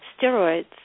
steroids